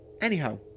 anyhow